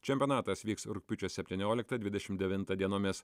čempionatas vyks rugpjūčio septynioliktą dvidešim devintą dienomis